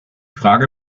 frage